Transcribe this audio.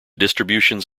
distributions